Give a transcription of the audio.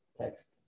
text